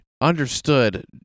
understood